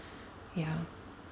ya